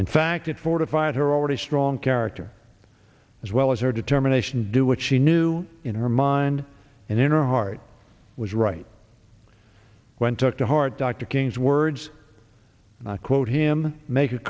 in fact it fortified her already strong character as well as her determination do what she knew in her mind and inner heart was right when took to heart dr king's words and i quote him make a